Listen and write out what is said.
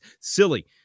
silly